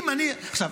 עכשיו,